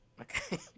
Okay